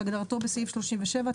כהגדרתו בסעיף 37,